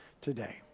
today